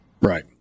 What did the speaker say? Right